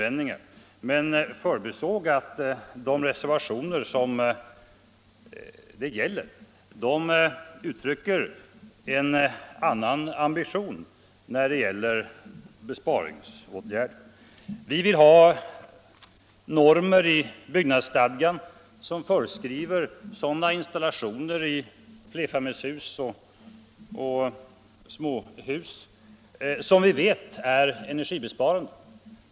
Fru Olsson förbisåg att de reservationer som det gäller uttrycker en annan ambition när det gäller besparingsåtgärder. Vi vill ha normer i byggnadsstadgan som föreskriver sådana installationer i flerfamiljshus och småhus som vi vet är energibesparande.